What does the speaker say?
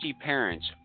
parents